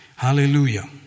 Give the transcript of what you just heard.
Hallelujah